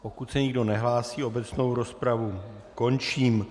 Pokud se nikdo nehlásí, obecnou rozpravu končím.